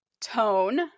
tone